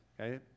Okay